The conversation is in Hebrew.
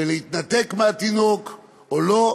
להתנתק מהתינוק או לא.